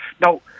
Now